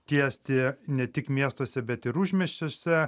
tiesti ne tik miestuose bet ir užmiesčiuose